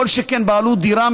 כל שכן בעלות על דירה,